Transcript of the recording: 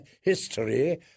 history